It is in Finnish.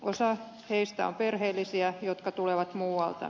osa heistä on perheellisiä jotka tulevat muualta